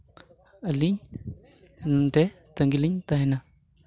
ᱟᱹᱞᱤᱧ ᱱᱚᱰᱮ ᱛᱟᱺᱜᱤ ᱞᱤᱧ ᱛᱟᱦᱮᱱᱟ